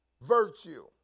virtue